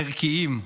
ערכיים,